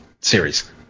Series